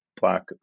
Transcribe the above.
black